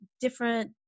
different